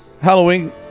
Halloween